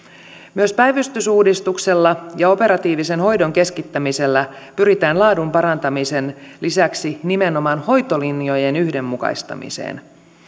myös päivystysuudistuksella ja operatiivisen hoidon keskittämisellä pyritään laadun parantamisen lisäksi nimenomaan hoitolinjojen yhdenmukaistamiseen